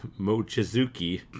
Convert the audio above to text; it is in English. Mochizuki